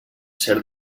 cert